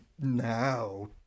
now